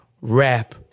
rap